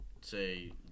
say